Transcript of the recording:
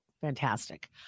fantastic